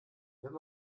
wenn